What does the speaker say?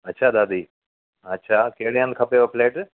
अच्छा दादी अच्छा कहिड़े हंधु खपेव फ्लैट